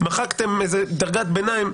מחקתם דרגת ביניים.